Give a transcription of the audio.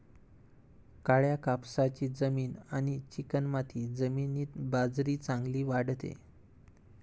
काळ्या कापसाची जमीन आणि चिकणमाती जमिनीत बाजरी चांगली वाढते